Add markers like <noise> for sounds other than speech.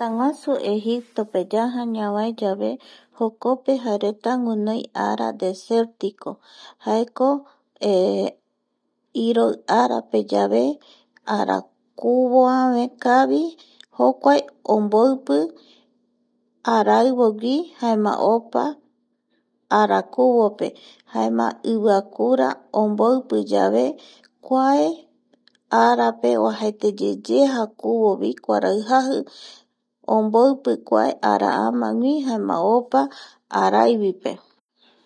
Tëtäguasu Egipto pe yaja ñavaeyave jokope jereta guinoi ara desertico jaeko <hesitation> iroi arapeyave arakuvoave kavi jokuae omboipi araivogui jaema opa arakuvope jaema iviakura omboipiyave kuae arape oajaeteyeye arakuvo kuarai jaji omboipi kua araamagui jaema opa araivipe